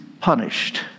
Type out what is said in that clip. punished